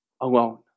alone